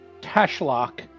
Tashlock